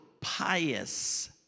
pious